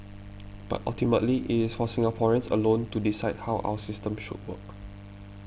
but ultimately it is for Singaporeans alone to decide how our system should work